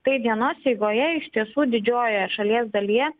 tai dienos eigoje iš tiesų didžiojoje šalies dalyje